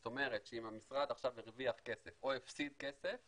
זאת אומרת שאם המשרד הרוויח עכשיו כסף או הפסיד כסף